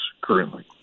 currently